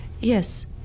yes